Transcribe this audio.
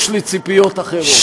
יש לי ציפיות אחרות.